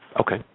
Okay